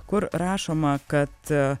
kur rašoma kad